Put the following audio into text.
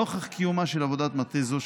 נוכח קיומה של עבודת מטה זו,